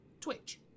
Twitch